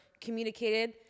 communicated